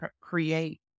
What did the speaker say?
create